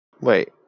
Wait